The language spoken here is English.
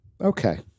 Okay